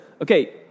okay